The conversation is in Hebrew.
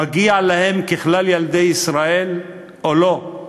מגיע להם כלכלל ילדי ישראל או לא,